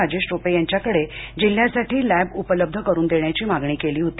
राजेश टोपे यांच्याकडे जिल्ह्यासाठी लॅब उपलब्ध करून देण्याची मागणी केली होती